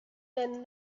then